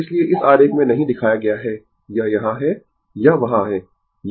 इसलिए इस आरेख में नहीं दिखाया गया है यह यहां है यह वहां है